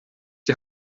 die